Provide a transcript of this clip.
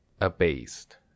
Abased